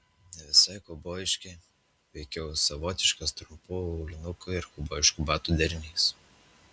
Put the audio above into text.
ne visai kaubojiški veikiau savotiškas trumpų aulinukų ir kaubojiškų batų derinys